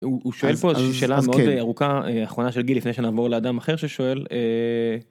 הוא שואל פה שאלה מאוד ארוכה אחרונה של גיל לפני שנעבור לאדם אחר ששואל.